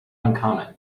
uncommon